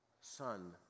Son